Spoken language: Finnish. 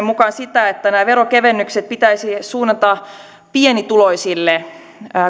mukaan sitä että nämä veronkevennykset pitäisi suunnata pienituloisille